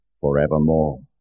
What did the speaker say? forevermore